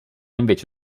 invece